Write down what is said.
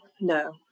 no